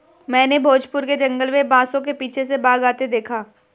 मैंने भोजपुर के जंगल में बांसों के पीछे से बाघ आते देखा